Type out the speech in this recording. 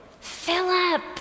Philip